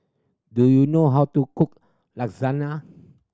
do you know how to cook Lasagna